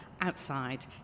outside